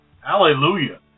Hallelujah